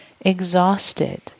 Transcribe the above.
Exhausted